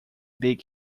big